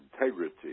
integrity